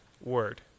word